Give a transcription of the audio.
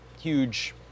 huge